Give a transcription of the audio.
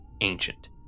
ancient